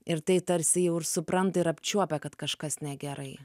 ir tai tarsi jau ir supranta ir apčiuopia kad kažkas negerai